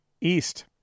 East